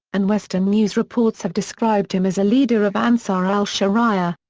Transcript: and western news reports have described him as a leader of ansar al-sharia,